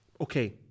okay